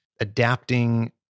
adapting